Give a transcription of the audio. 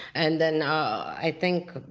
and then, i think,